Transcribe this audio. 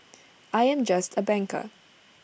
I am just A banker